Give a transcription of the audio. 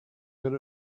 good